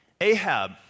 Ahab